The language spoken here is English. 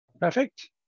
Perfect